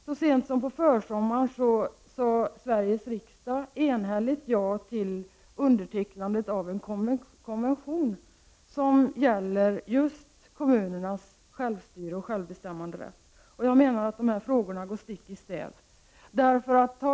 Så sent som på försommaren sade Sveriges riksdag enhälligt ja till undertecknande av en konvention som gäller just kommunernas självstyrelse och självbestämmanderätt, och jag menar att de här frågorna går stick i stäv.